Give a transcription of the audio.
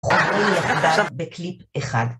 חוברים יחדיו בקליפ אחד.